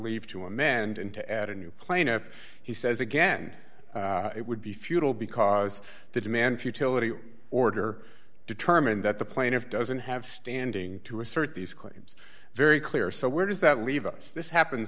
leave to amend and to add a new plaintiff he says again it would be futile because the demand futility order determined that the plaintiff doesn't have standing to assert these claims very clear so where does that leave us this happens